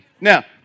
Now